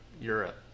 Europe